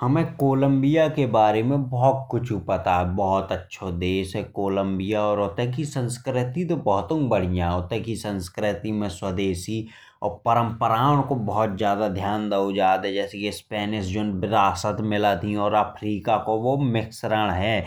हमे कोलंबिया के बारे में बहुत कुछु पता है बहुत अच्छा देश है। कोलंबिया और उतते की संस्कृति तो बहुताई बढ़िया है। उत्ते की संस्कृति में स्वदेशी और परम्पराओं को बहुत ज्यादा ध्यान दाओ जात है। जैसे कि स्पैनिश जोन विरासत मिल्लत ही और अफ्रीका को बो मिश्रण है।